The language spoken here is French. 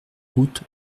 route